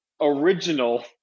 original